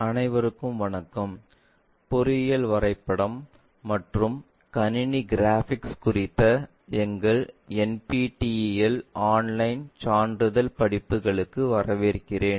அனைவருக்கும் வணக்கம் பொறியியல் வரைபடம் மற்றும் கணினி கிராபிக்ஸ் குறித்த எங்கள் NPTEL ஆன்லைன் சான்றிதழ் படிப்புகளுக்கு வரவேற்கிறேன்